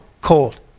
cold